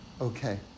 Okay